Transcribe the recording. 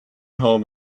home